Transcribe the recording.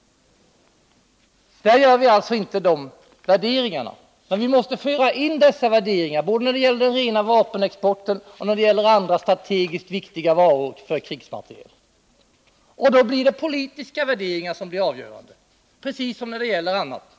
— där gör vi inte de värderingarna. Men vi måste föra in dessa värderingar både när det gäller den rena vapenexporten och när det gäller andra för krigsmateriel strategiskt viktiga varor, och då blir det politiska värderingar som blir avgörande, precis som när det gäller annat.